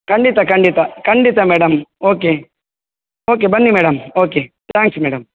ಖಂಡಿತ ಖಂಡಿತ ಖಂಡಿತ ಮೇಡಮ್ ಓಕೆ ಓಕೆ ಬನ್ನಿ ಮೇಡಮ್ ಓಕೆ ತ್ಯಾಂಕ್ಸ್ ಮೇಡಮ್